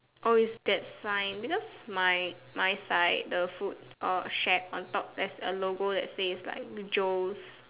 oh is that sign because my my side the food or shack on top there's a logo that says like Joe's